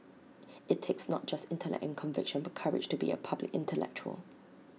IT takes not just intellect and conviction but courage to be A public intellectual